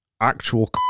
actual